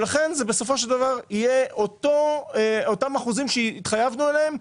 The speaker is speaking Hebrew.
לכן בסופו של דבר יהיו אותם אחוזים שהתחייבנו להם.